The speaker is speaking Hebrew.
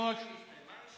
מה אתה רוצה שאני אגיד לך?